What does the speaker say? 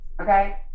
okay